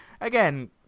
Again